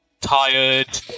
tired